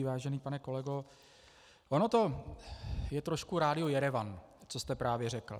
Vážený pane kolego, ono to je trošku Rádio Jerevan, co jste právě řekl.